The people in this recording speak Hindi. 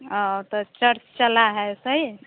और तो चल चला है सही है